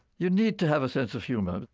you need to have a sense of humor,